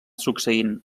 succeint